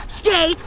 stay